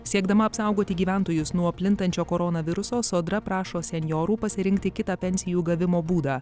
siekdama apsaugoti gyventojus nuo plintančio koronaviruso sodra prašo senjorų pasirinkti kitą pensijų gavimo būdą